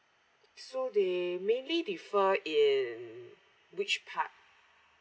so they mainly differ in which part